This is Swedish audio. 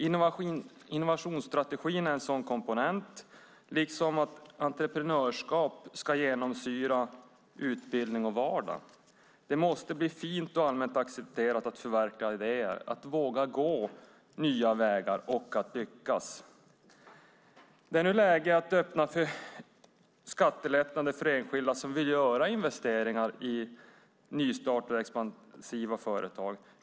Innovationsstrategin är en sådan komponent, liksom att entreprenörskap ska genomsyra utbildning och vardag. Det måste bli fint och allmänt accepterat att förverkliga idéer, att våga gå nya vägar och att lyckas. Det är nu läge att öppna för skattelättnader för enskilda som vill göra investeringar i nystartade och expansiva företag.